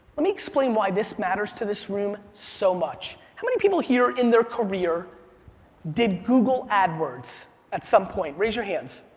let me explain why this matters to this room so much. how many people here in their career did google adwords at some point, raise your hands.